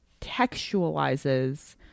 textualizes